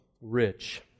rich